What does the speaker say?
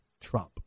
Trump